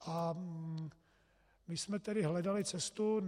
A my jsme tedy hledali cestu.